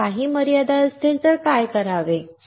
तर काही मर्यादा असतील तर काय करावे